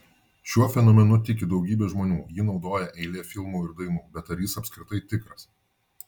šiuo fenomenu tiki daugybė žmonių jį naudoja eilė filmų ir dainų bet ar jis apskritai tikras